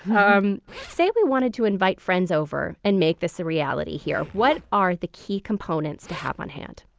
um say we wanted to invite friends over and make this a reality here. what are the key components to have on hand?